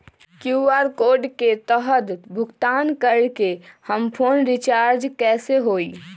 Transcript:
QR code के तहद भुगतान करके हम फोन रिचार्ज कैसे होई?